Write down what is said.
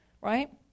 right